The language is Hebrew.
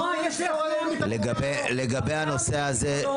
יש לי הפניה --- לגבי הנושא הזה,